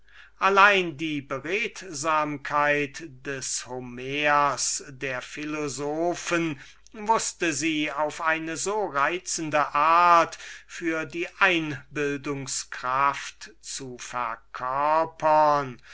allein die beredsamkeit des homers der philosophen wußte sie auf eine so reizende art für die einbildungs-kraft zu verkörpern